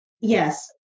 Yes